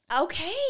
okay